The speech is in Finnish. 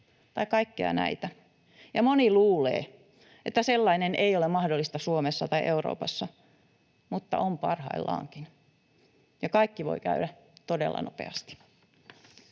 tai kaikkia näitä, ja moni luulee, että sellainen ei ole mahdollista Suomessa tai Euroopassa, mutta on parhaillaankin, ja kaikki voi käydä todella nopeasti.